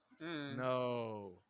no